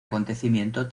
acontecimiento